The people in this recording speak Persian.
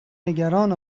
نگران